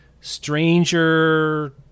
stranger